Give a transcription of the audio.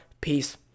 peace